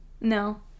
No